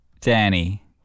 Danny